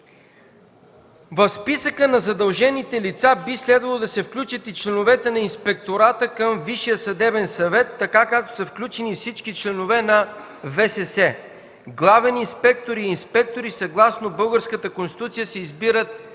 В списъка на задължените лица би следвало да се включат и членовете на Инспектората към Висшия съдебен съвет, така както са включени всички членове на ВСС. Главен инспектор и инспектори, съгласно българската